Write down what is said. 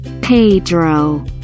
Pedro